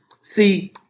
see